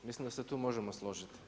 Mislim da se tu možemo složiti.